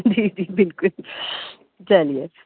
جی جی بالکل چلیے